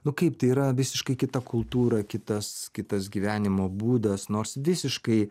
nu kaip tai yra visiškai kita kultūra kitas kitas gyvenimo būdas nors visiškai